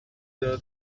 know